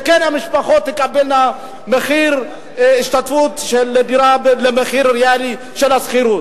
המשפחות כן תקבלנה השתתפות בשכר דירה במחיר ריאלי של השכירות.